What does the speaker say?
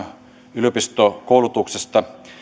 yliopistokoulutuksesta